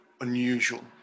unusual